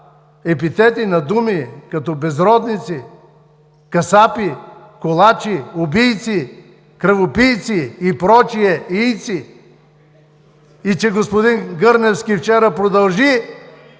епитети на думи като „безродници“, „касапи“, „колачи“, „убийци“, „кръвопийци“ и прочие „-ийци“ и че господин Гърневски вчера продължи